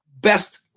best